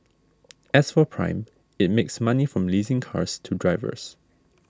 as for Prime it makes money from leasing cars to drivers